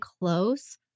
close